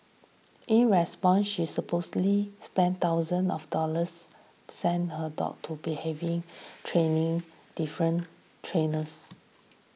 in response she supposedly spent thousands of dollars send her dog to be having training different trainers